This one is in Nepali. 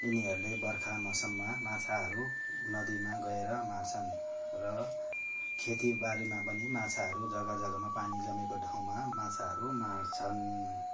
यिनीहरूले बर्खा मौसममा माछाहरू नदीमा गएर मार्छन् र खेतीबारीमा पनि माछाहरू जग्गा जग्गामा पानी जमेको ठाउँमा माछाहरू मार्छन्